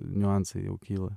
niuansai jau kyla